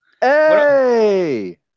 Hey